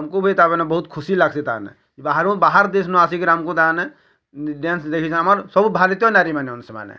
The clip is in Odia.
ଆମକୁ ବି ତାମାନେ ବହୁତ୍ ଖୁସି ଲାଗ୍ସି ତାନେ ବାହାରୁ ବାହାର୍ ଦେଶ୍ ନ ଆସି କିରି ଆମକୁ ତାନେ ଡ୍ୟାନ୍ସ ଦେଖି ଥାନ୍ତି ଆମର୍ ସବୁ ଭାରତୀୟ ନାରୀମାନେ ସେମାନେ